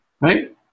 Right